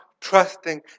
trusting